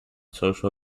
social